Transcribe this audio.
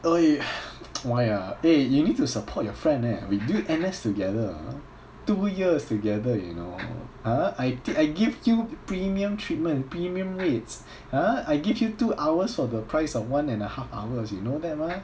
!oi! !aiya! eh you need to support your friend eh we did N_S together two years together you know !huh! I I give you premium treatment premium rates !huh! I give you two hours for the price of one and a half hours you know that mah